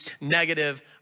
negative